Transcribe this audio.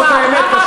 זאת האמת.